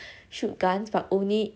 shoot guns but only